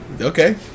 Okay